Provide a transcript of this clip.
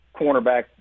cornerback